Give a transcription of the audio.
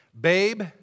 Babe